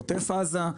בעוטף עזה,